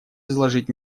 изложить